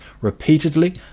repeatedly